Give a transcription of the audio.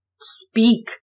speak